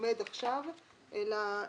שעומד עכשיו אלא